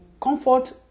Comfort